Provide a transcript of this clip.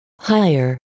higher